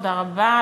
תודה רבה,